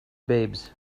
babes